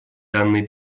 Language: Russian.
данные